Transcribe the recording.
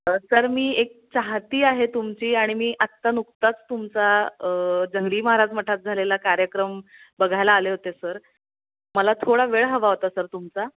sir मी एक चाहती आहे तुमची आणि मी आता नुकताच तुमचा जंगली महाराज मठात झालेला कार्यक्रम बघायला आले होते सर मला थोडा वेळ हवा होता सर तुमचा